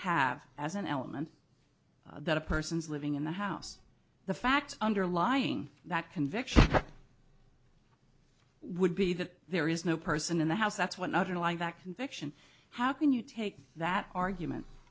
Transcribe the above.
have as an element that a person's living in the house the fact underlying that conviction would be that there is no person in the house that's when i don't like that conviction how can you take that argument